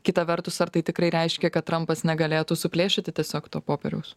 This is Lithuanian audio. kita vertus ar tai tikrai reiškia kad trampas negalėtų suplėšyti tiesiog to popieriaus